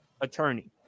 attorney